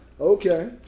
Okay